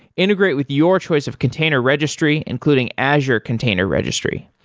integrate with your choice of container registry, including azure container registry.